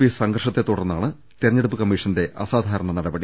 P സംഘർഷത്തെ തുടർന്നാണ് തെരഞ്ഞെടുപ്പ് കമ്മീഷന്റെ അസാ ധാരണ നടപടി